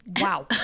Wow